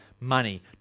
Money